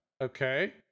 Okay